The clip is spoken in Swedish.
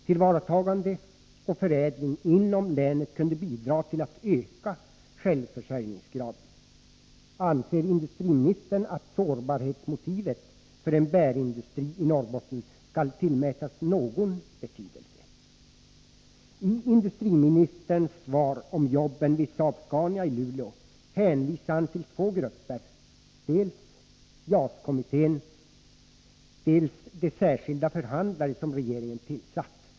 Tillvaratagande och förädling inom länet kunde bidra till att öka självförsörjningsgraden. Anser industriministern att sårbarhetsmotivet för en bärindustri i Norrbotten skall tillmätas någon betydelse? I industriministerns svar om jobben vid SAAB-Scania i Luleå hänvisar han till två grupper, dels JAS-kommittén, dels de särskilda förhandlare som regeringen tillsatt.